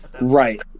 Right